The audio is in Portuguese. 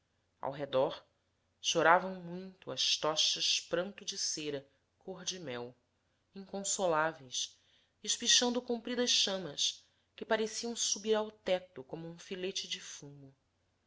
ao redor choravam muito as tochas pranto de cera cor de mel inconsoláveis espichando compridas chamas que pareciam subir ao teto com um filete de fumo